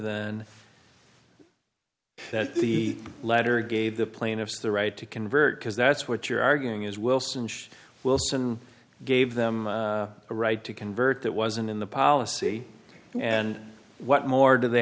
the letter gave the plaintiffs the right to convert because that's what you're arguing is wilson wilson gave them a right to convert that wasn't in the policy and what more do they